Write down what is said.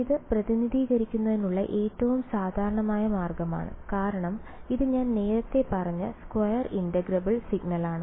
ഇത് പ്രതിനിധീകരിക്കുന്നതിനുള്ള ഏറ്റവും സാധാരണമായ മാർഗമാണ് കാരണം ഇത് ഞാൻ നേരത്തെ പറഞ്ഞ സ്ക്വയർ ഇന്റഗ്രബിൾ സിഗ്നലാണ്